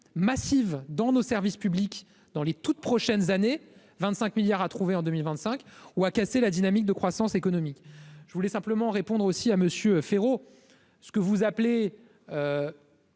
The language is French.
massives dans nos services publics dans les toutes prochaines années 25 milliards à trouver en 2025 ou à casser la dynamique de croissance économique, je voulais simplement répondre aussi à Monsieur Féraud, ce que vous appelez.